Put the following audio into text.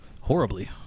Horribly